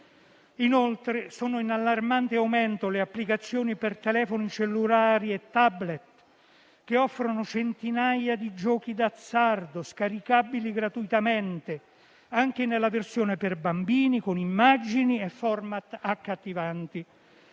Inoltre sono in allarmante aumento le applicazioni per telefoni cellulari e *tablet* che offrono centinaia di giochi d'azzardo, scaricabili gratuitamente anche nella versione per bambini con immagini e *format* accattivanti.